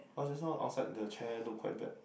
cause just now outside the chair look quite bad